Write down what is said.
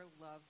Love